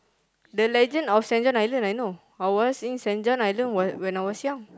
the legend of Saint-John-Island I know I was in Saint-John-Island when when I was young